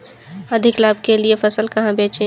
अधिक लाभ के लिए फसल कहाँ बेचें?